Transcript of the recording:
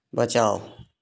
बचाओ